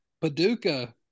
Paducah